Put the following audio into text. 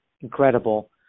Incredible